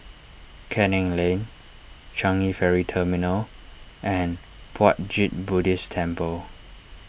Canning Lane Changi Ferry Terminal and Puat Jit Buddhist Temple